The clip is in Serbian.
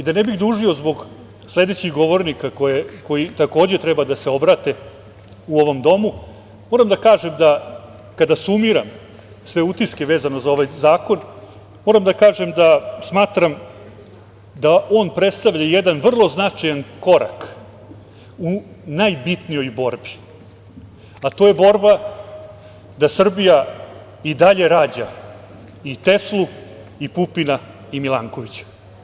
Da ne bih dužio zbog sledećih govornika koji treba da se obrate u ovom domu moram da kažem da kada sumiram sve utiske vezano za ovaj zakon, moram da kažem da smatram da on predstavlja jedan vrlo značajan korak u najbitnijoj borbi, a to je borba da Srbija i dalje rađa i Teslu i Pupina i Milankovića.